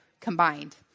combined